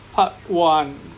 part one